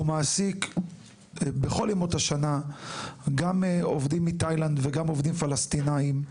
הוא מעסיק בכל ימות השנה גם עובדים מתאילנד וגם עובדים פלסטינים.